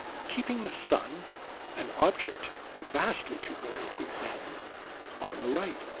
keeping the sun an object vastly too brilliant to examine on the right.